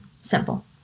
Simple